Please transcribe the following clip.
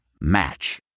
Match